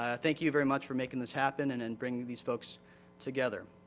ah thank you, very much, for making this happen and in bringing these folks together.